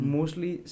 Mostly